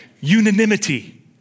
Unanimity